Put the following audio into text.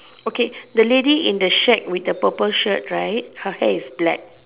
okay the lady in the shirt with the purple shirt right her hair is black